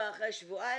אחרי שבועיים,